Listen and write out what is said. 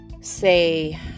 say